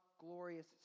glorious